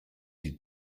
sie